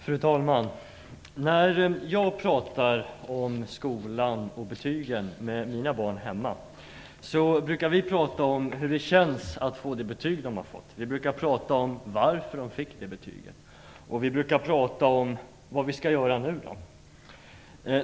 Fru talman! När jag pratar om skolan och betygen med mina barn hemma brukar vi prata om hur det känns att få det betyg som de har fått. Vi brukar prata om varför de fick det betyget och om vad vi skall göra nu.